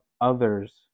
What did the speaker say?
others